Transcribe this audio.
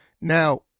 now